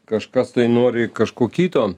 kažkas nori kažko kito